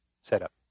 setup